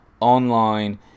online